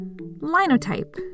Linotype